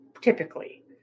typically